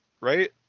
right